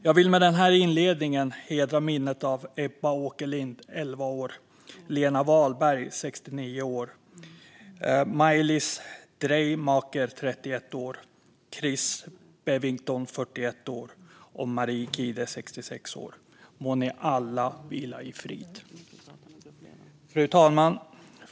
Jag vill med den här inledningen hedra minnet av Ebba Åkerlind, 11 år, Lena Wahlberg, 69 år, Maïlys Dereymaeker, 31 år, Chris Bevington, 41 år och Marie Kide, 66 år. Må ni alla vila i frid! Fru talman!